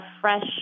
fresh